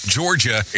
Georgia